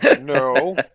No